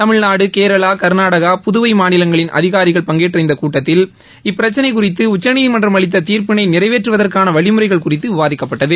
தமிழ்நாடு கேரளா கர்நாடகா புதுவை மாநிலங்களின் அதிகாரிகள் பங்கேற்ற இந்தக் கூட்டத்தில் இப்பிரச்சினை குறித்து உச்சநீதிமன்றம் அளித்த தீர்ப்பினை நிறைவேற்றுவதற்கான வழிமுறைகள் குறித்து விவாதிக்கப்பட்டது